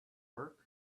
work